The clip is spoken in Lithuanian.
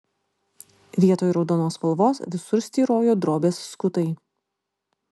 vietoj raudonos spalvos visur styrojo drobės skutai